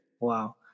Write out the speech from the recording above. Wow